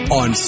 on